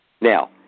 Now